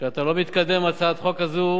שאתה לא מתקדם עם הצעת החוק הזאת